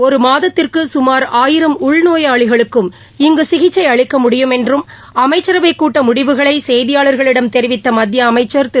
ஒரு மாதத்திற்கு சுமார் ஆயிரம் உள் நோயாளிகளுக்கும் இங்கு சிகிச்சை அளிக்க முடியும் என்றும் அமைச்சரவை கூட்ட முடிவுகளை செய்தியாளர்களிடம் தெரிவித்த மத்திய அமைச்சர் திரு